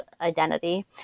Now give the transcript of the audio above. identity